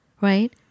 right